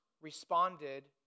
responded